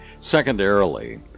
Secondarily